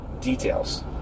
details